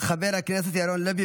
חבר הכנסת ירון לוי,